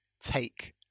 take